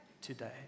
today